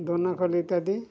ଦନା ଖଲି ଇତ୍ୟାଦି